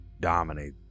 dominate